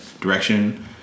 direction